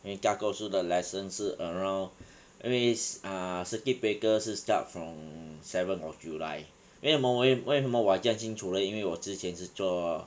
因为大多数的 lesson 是 around 因为 cir~ ah circuit breaker 是 start from seven of july 为什么为为什么我这样清楚 leh 因为我之前是做